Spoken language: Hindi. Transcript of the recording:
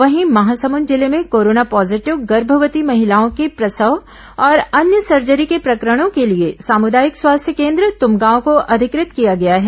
वहीं महासमुद जिले में कोरोना पॉजीटिव गर्भवती महिलाओं के प्रसव और अन्य सर्जरी के प्रकरणों के लिए सामुदायिक स्वास्थ्य केन्द्र तुमगांव को अधिकृत किया गया है